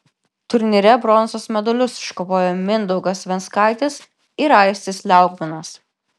turnyre bronzos medalius iškovojo mindaugas venckaitis ir aistis liaugminas